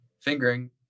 fingering